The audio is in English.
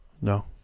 No